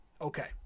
Okay